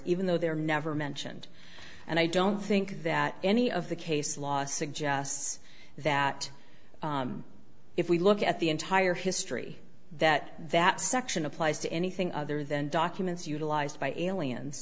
even though they're never mentioned and i don't think that any of the case law suggests that if we look at the entire history that that section applies to anything other than documents utilized by aliens